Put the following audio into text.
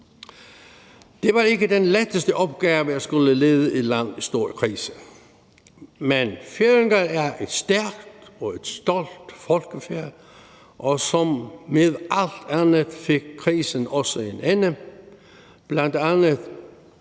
Det var ikke den letteste opgave at skulle lede et land i stor krise, men Færøerne er et stærkt og et stolt folkefærd, og som med alt andet fik krisen også en ende,